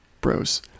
Bros